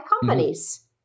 companies